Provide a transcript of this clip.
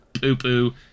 poo-poo